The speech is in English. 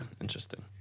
Interesting